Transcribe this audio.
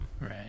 Right